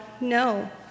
no